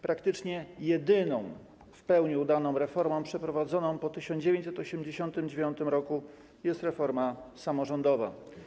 Praktycznie jedyną w pełni udaną reformą przeprowadzoną po 1989 r. jest reforma samorządowa.